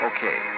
Okay